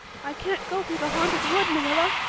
i can't go through the haunted wood, marilla,